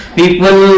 people